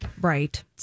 Right